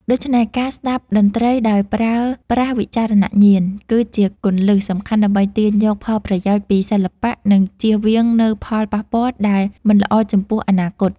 ដូច្នេះ ការស្ដាប់តន្ត្រីដោយប្រើប្រាស់វិចារណញ្ញាណ គឺជាគន្លឹះសំខាន់ដើម្បីទាញយកផលប្រយោជន៍ពីសិល្បៈ និងជៀសវាងនូវផលប៉ះពាល់ដែលមិនល្អចំពោះអនាគត។